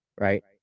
Right